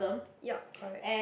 yup correct